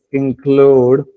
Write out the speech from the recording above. include